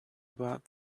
about